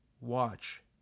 watch